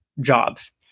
jobs